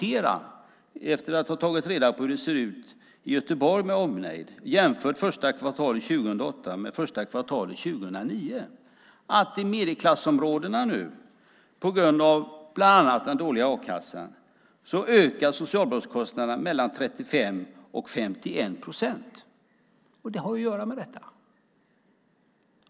Efter att ha tagit reda på hur det ser ut i Göteborg med omnejd har jag jämfört första kvartalet 2008 med första kvartalet 2009. I medelklassområdena ökar nu, bland annat på grund av den dåliga a-kassan, socialbidragskostnaderna med 35-51 procent. Det har att göra med detta.